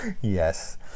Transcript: Yes